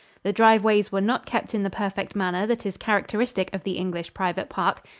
the driveways were not kept in the perfect manner that is characteristic of the english private park.